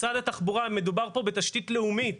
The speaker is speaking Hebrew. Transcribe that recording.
משרד התחבורה, מדובר פה בתשתית לאומית.